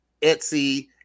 Etsy